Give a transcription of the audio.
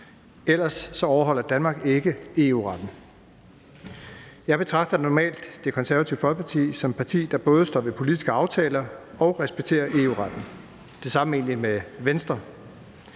ellers overholder Danmark ikke EU-retten. Jeg betragter normalt Det Konservative Folkeparti som et parti, der både står ved politiske aftaler og respekterer EU-retten. Det samme gælder